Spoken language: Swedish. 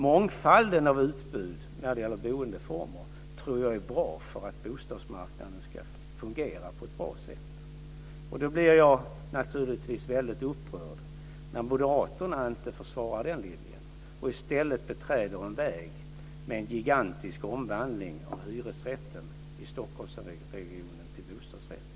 Mångfalden i utbudet av boendeformer är bra för att bostadsmarknaden ska fungera på ett bra sätt. Då blir jag upprörd när moderaterna inte försvarar den linjen och i stället beträder en väg med en gigantisk omvandling av hyresrätter i Stockholmsregionen till bostadsrätter.